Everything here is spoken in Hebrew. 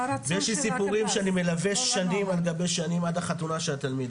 ויש לי סיפורים שאני מלווה שנים על גבי שנים עד החתונה של התלמיד,